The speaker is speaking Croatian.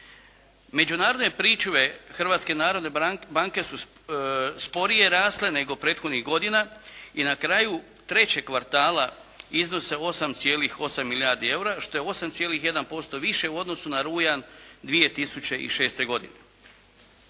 narodne banke su sporije rasle nego prethodnih godina i na kraju trećeg kvartala iznose 8,8 milijardi eura što je 8,1% više u odnosu na rujan 2006. godine.